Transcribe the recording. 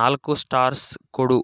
ನಾಲ್ಕು ಸ್ಟಾರ್ಸ್ ಕೊಡು